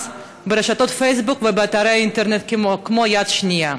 ברשתות הפייסבוק ובאתרי אינטרנט כמו "יד2".